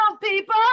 people